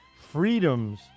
freedoms